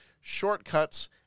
Shortcuts